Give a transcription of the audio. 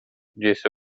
disse